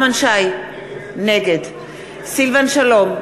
נגד סילבן שלום,